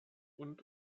und